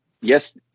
yes